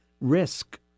risk